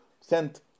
sent